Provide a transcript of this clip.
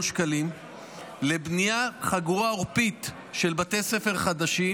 שקלים לבניית חגורה עורפית של בתי ספר חדשים,